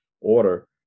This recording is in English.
order